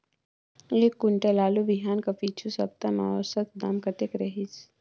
एक कुंटल आलू बिहान कर पिछू सप्ता म औसत दाम कतेक रहिस?